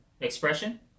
Expression